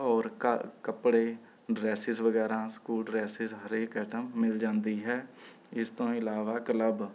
ਔਰ ਘਰ ਕੱਪੜੇ ਡਰੈਸਿਸ ਵਗੈਰਾ ਸਕੂਲ ਡਰੈਸਿਸ ਹਰੇਕ ਆਈਟਮ ਮਿਲ ਜਾਂਦੀ ਹੈ ਇਸ ਤੋਂ ਇਲਾਵਾ ਕਲੱਬ